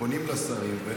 פונים לשרים.